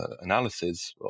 analysis